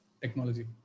technology